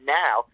now